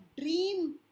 dream